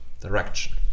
direction